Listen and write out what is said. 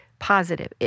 Positive